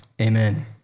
Amen